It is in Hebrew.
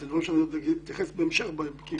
אלה דברים שאני עומד להתייחס אליהם בהמשך, כי